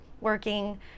working